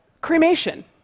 cremation